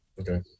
Okay